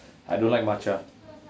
I don't like matcha